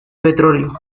petróleo